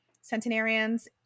centenarians